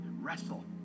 Wrestle